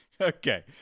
Okay